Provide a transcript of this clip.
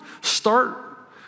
start